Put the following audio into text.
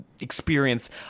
experience